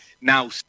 now